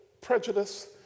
prejudice